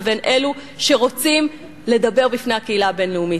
ואלו שרוצים לדבר בפני הקהילה הבין-לאומית.